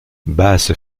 bass